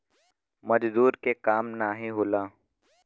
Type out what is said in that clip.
मजदूर के काम नाही होला